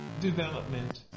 Development